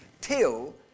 Till